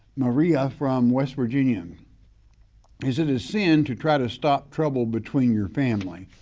maria from west virginia, is it a sin to try to stop trouble between your family?